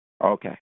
Okay